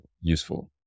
useful